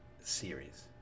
series